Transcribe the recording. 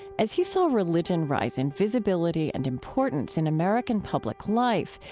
as he saw religion rise in visibility and importance in american public life,